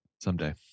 Someday